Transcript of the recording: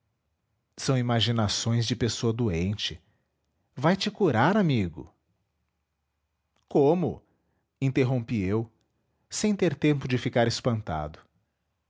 são imaginações de pessoa doente vai-te curar amigo www nead unama br como interrompi eu sem ter tempo de ficar espantado